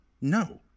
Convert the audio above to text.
no